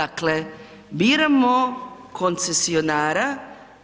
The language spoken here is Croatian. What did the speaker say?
Dakle, biramo koncesionara